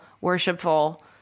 worshipful